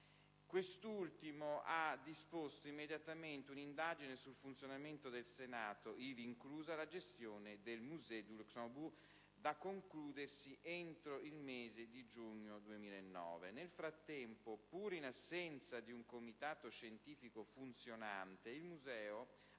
Quest'ultimo ha disposto immediatamente un'indagine sul funzionamento del Senato, ivi inclusa la gestione del Musée du Luxembourg, da concludersi entro il mese di giugno 2009. Nel frattempo, pur in assenza di un Comitato scientifico funzionante, il museo ha